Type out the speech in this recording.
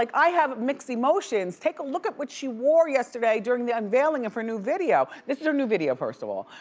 like i have mixed emotions. take a look at what she wore yesterday during the unveiling of her new video. this is her new video, first of all.